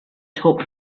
talk